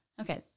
Okay